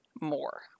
more